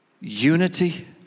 Unity